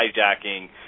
hijacking